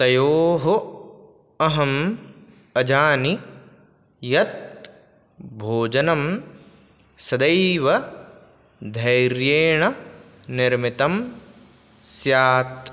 तयोः अहम् अजानि यत् भोजनं सदैव धैर्येण निर्मितं स्यात्